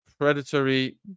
predatory